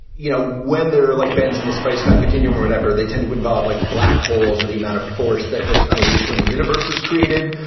you know, when they're like bends in the space time continuum or whatever, they tend to involve like black holes or the amount of force that was unleashed when the universe was created.